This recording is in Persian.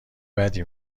بدی